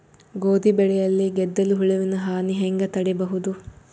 ಗೋಧಿ ಬೆಳೆಯಲ್ಲಿ ಗೆದ್ದಲು ಹುಳುವಿನ ಹಾನಿ ಹೆಂಗ ತಡೆಬಹುದು?